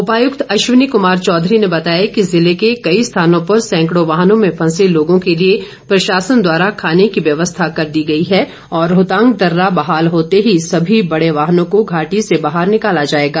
उपायुक्त अश्वनी कुमार चौधरी ने बताया कि जिले के कई स्थानों पर सैंकड़ों वाहनों में फंसे लोगों के लिए प्रशासन द्वारा खाने की व्यवस्था कर दी गई है और रोहतांग दर्रा बहाल होते ही सभी बड़े वाहनों को घाटी से बाहर निकाला जाएगा